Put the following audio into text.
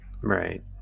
Right